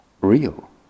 real